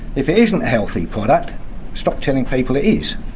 if it isn't a healthy product, stop telling people it is.